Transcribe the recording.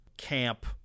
Camp